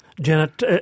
Janet